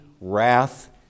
wrath